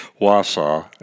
Wausau